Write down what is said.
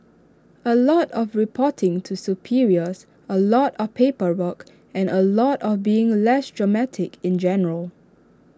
A lot of reporting to superiors A lot of paperwork and A lot of being less dramatic in general